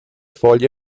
foglie